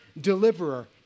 deliverer